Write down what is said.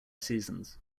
seasons